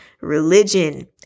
religion